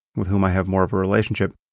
with whom i have more of a relationship.